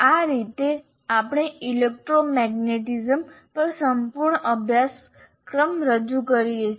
આ રીતે આપણે ઇલેક્ટ્રોમેગ્નેટિઝમ પર સંપૂર્ણ અભ્યાસક્રમ રજૂ કરીએ છીએ